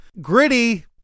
Gritty